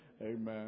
Amen